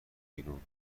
بیرون